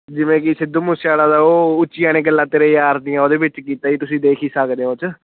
ਜਿਵੇਂ ਕਿ ਸਿੱਧੂ ਮੂਸੇਵਾਲਾ ਦਾ ਉਹ ਉੱਚੀਆਂ ਨੇ ਗੱਲਾਂ ਤੇਰੇ ਯਾਰ ਦੀਆਂ ਉਹਦੇ ਵਿੱਚ ਕੀਤਾ ਸੀ ਤੁਸੀਂ ਦੇਖ ਹੀ ਸਕਦੇ ਹੋ ਉਹ 'ਚ